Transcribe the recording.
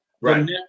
Right